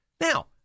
now